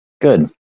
Good